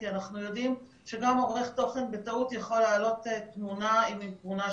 כי אנחנו יודעים שגם עורך תוכן בטעות יכול להעלות תמונה ואם היא תמונה